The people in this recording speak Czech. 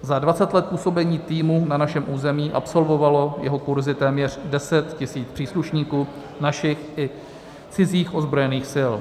Za 20 let působení týmu na našem území absolvovalo jeho kurzy téměř 10 tisíc příslušníků našich i cizích ozbrojených sil.